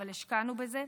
אבל השקענו בזה.